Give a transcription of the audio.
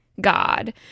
God